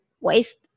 waste